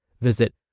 Visit